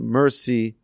mercy